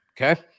Okay